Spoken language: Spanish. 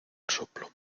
soplo